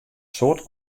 soad